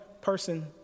person